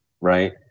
right